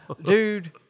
Dude